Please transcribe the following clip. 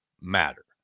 matter